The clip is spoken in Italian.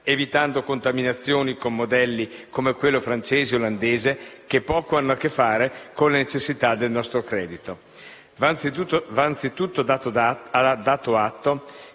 evitando contaminazioni con modelli come quello francese e olandese, che poco hanno a che fare con le necessità del nostro credito.